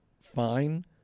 fine